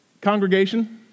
Congregation